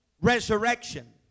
resurrection